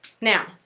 Now